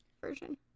version